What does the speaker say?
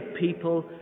people